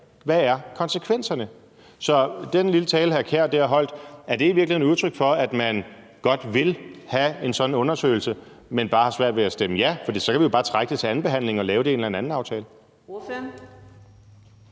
Hvad er konsekvenserne? Så er den lille tale, som hr. Kasper Sand Kjær dér holdt, i virkeligheden udtryk for, at man godt vil have en sådan undersøgelse, men bare har svært ved at stemme ja? For så kan vi jo bare trække det til andenbehandlingen og lave det i en eller anden anden aftale.